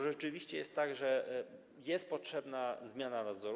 Rzeczywiście jest tak, że jest potrzebna zmiana nadzoru.